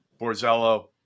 Borzello